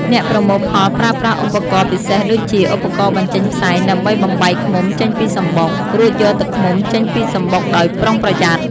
អ្នកប្រមូលផលប្រើប្រាស់ឧបករណ៍ពិសេសដូចជា ឧបករណ៍បញ្ចេញផ្សែងដើម្បីបំបែកឃ្មុំចេញពីសំបុក រួចយកទឹកឃ្មុំចេញពីសំបុកដោយប្រុងប្រយ័ត្ន។